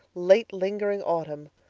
late-lingering autumn,